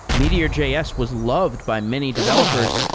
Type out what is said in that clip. meteor js was loved by many developers,